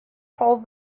hold